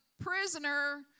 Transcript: prisoner